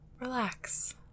relax